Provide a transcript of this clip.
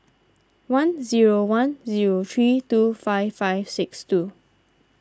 one zero one zero three two five five six two